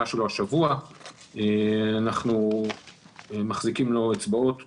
שלו השבוע ואנחנו מחזיקים לו אצבעות ,